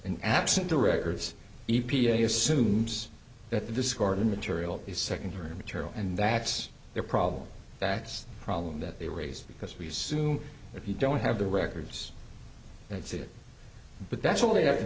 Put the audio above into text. an absent director's e p a assumes that the discarding material is secondary material and that's their problem that's the problem that they raise because we assume if you don't have the records that's it but that's all they have